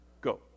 go